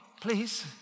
please